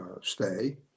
stay